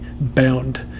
bound